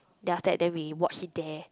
then after that then we watch it there